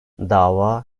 dava